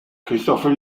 christopher